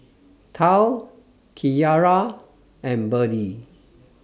Tal Kyara and Berdie